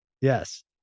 Yes